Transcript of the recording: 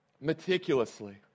meticulously